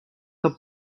que